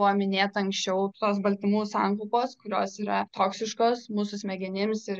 buvo minėta anksčiau tos baltymų sankaupos kurios yra toksiškos mūsų smegenimis ir